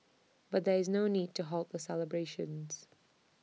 but there is no need to halt the celebrations